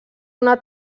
una